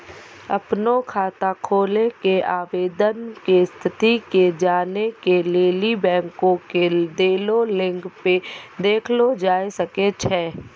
अपनो खाता खोलै के आवेदन के स्थिति के जानै के लेली बैंको के देलो लिंक पे देखलो जाय सकै छै